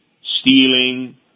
stealing